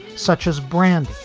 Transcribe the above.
such as brandy,